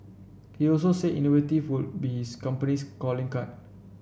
he also said innovated would be his company's calling card